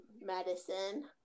medicine